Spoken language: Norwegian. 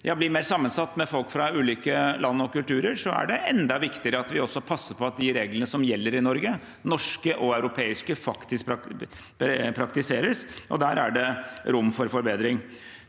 blir mer sammensatt, med folk fra ulike land og kulturer, er det enda viktigere at vi også passer på at de reglene som gjelder i Norge – norske og europeiske – faktisk praktiseres, og der er det rom for forbedring.